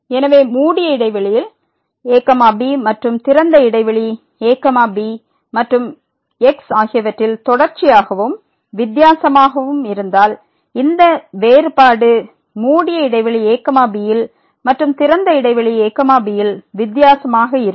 எனவே மூடிய இடைவெளியில் a bமற்றும் திறந்த இடைவெளியில் a b மற்றும் x ஆகியவற்றில் தொடர்ச்சியாகவும் வித்தியாசமாகவும் இருந்தால் இந்த வேறுபாடு மூடிய இடைவெளி a b யில் மற்றும் திறந்த இடைவெளி a b யில் வித்தியாசமாக இருக்கும்